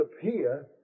appear